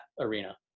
arena